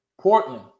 Portland